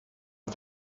die